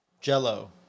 Jello